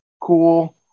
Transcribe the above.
Cool